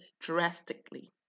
drastically